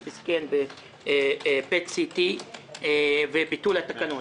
סיטי סקאן ופט סיטי וביטול התקנות.